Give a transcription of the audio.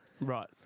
Right